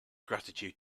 gratitude